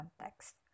context